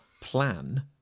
plan